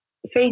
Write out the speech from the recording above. Face